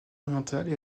orientales